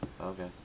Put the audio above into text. Okay